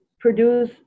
produce